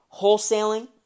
wholesaling